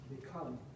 become